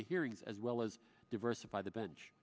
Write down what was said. the hearings as well as diversify the bench